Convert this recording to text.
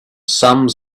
some